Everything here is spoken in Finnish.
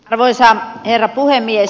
arvoisa herra puhemies